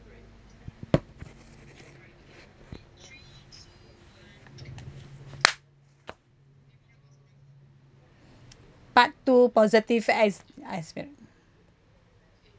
part two positive exp~ expect